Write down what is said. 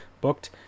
booked